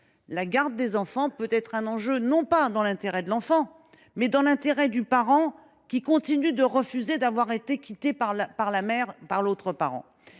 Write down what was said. la garde des enfants peut être un enjeu non pas dans l’intérêt de l’enfant, mais dans l’intérêt du parent qui continue de refuser d’avoir été quitté par la mère ou par l’autre parent.